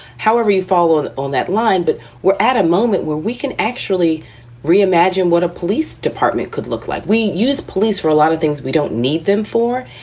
however you follow on that line. but we're at a moment where we can actually reimagine what a police department could look like. we use police for a lot of things we don't need them for.